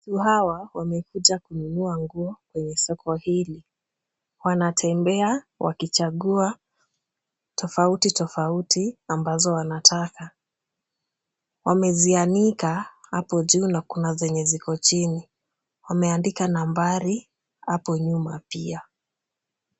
Watu hawa wamekuja kununua nguo kwenye soko hili. Wanatembea wakichagua tofauti tofauti ambazo wanataka. Wamezianika hapo juu na kuna zenye ziko chini. Wameandika nambari hapo nyuma pia.